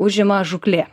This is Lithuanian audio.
užima žūklė